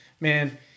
man